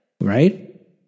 Right